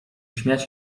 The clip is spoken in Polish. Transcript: śmiać